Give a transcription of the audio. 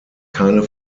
keine